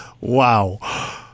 Wow